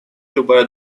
любая